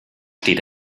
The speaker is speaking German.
steht